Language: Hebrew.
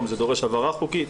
זה דורש הבהרה חוקית?